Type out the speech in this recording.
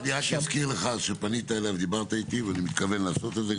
אני רק אזכיר לך שפנית אלי ודיברת איתי ואני מתכוון לעשות את זה,